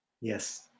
Yes